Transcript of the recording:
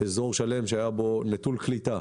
אזור שלם נטול קליטה.